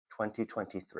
2023